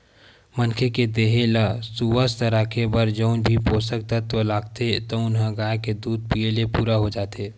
मनखे के देहे ल सुवस्थ राखे बर जउन भी पोसक तत्व लागथे तउन ह गाय के दूद पीए ले पूरा हो जाथे